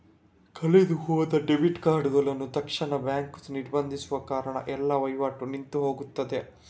ಕಳೆದು ಹೋದ ಡೆಬಿಟ್ ಕಾರ್ಡುಗಳನ್ನ ತಕ್ಷಣವೇ ಬ್ಯಾಂಕು ನಿರ್ಬಂಧಿಸುವ ಕಾರಣ ಎಲ್ಲ ವೈವಾಟು ನಿಂತು ಹೋಗ್ತದೆ